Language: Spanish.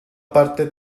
parte